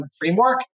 framework